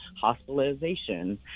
hospitalization